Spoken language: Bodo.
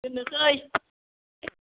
दोननोसै